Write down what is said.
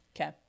Okay